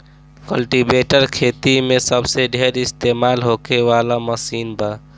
cultivator खेती मे सबसे ढेर इस्तमाल होखे वाला मशीन बा